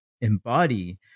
embody